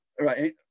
right